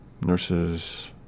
nurses